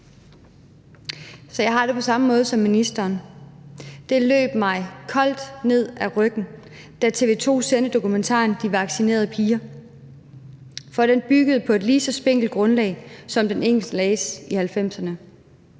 Så jeg har det på samme måde som ministeren, at det løb mig koldt ned ad ryggen, da TV 2 sendte dokumentaren »De vaccinerede piger«. For den byggede på et lige så spinkelt grundlag som den engelske læges i 1990'erne.